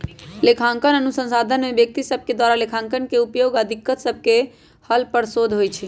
लेखांकन अनुसंधान में व्यक्ति सभके द्वारा लेखांकन के उपयोग आऽ दिक्कत सभके हल पर शोध होइ छै